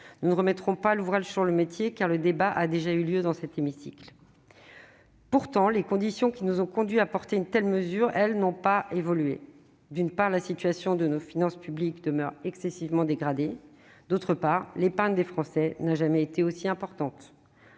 Nous ne remettrons pas l'ouvrage sur le métier, car le débat a déjà eu lieu dans cet hémicycle. Pourtant, les conditions qui nous ont conduits à porter une telle mesure n'ont pas évolué : d'une part, la situation de nos finances publiques demeure excessivement dégradée ; d'autre part, l'épargne des Français n'a jamais été aussi importante.